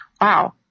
Wow